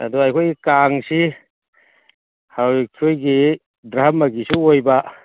ꯑꯗꯣ ꯑꯩꯈꯣꯏꯒꯤ ꯀꯥꯡꯁꯤ ꯍꯧꯖꯤꯛ ꯑꯩꯈꯣꯏꯒꯤ ꯙꯔꯃꯒꯤꯁꯨ ꯑꯣꯏꯕ